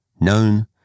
known